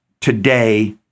today